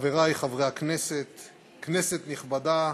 חברי חברי הכנסת, כנסת נכבדה,